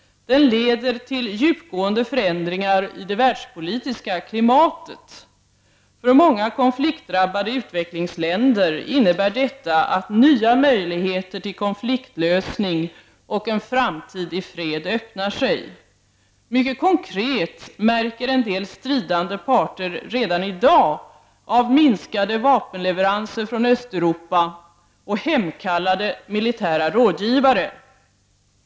Den leder till djupgående förändringar i det världspolitiska klimatet. För många konfliktdrabbade utvecklingsländer innebär detta att nya möjligheter till konfliktlösning och en framtid i fred öppnar sig. Mycket konkret märker en del stridande parter redan i dag av minskade vapenleveranser från Östeuropa och hemkallade militära rådgivare.